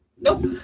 nope